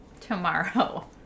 tomorrow